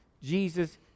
Jesus